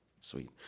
sweet